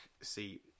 see